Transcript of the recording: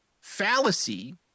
fallacy